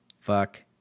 fuck